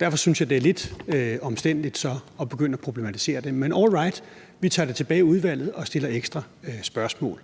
Derfor synes jeg, det er lidt omstændeligt så at begynde at problematisere det, men all right, vi tager det tilbage i udvalget og stiller ekstra spørgsmål.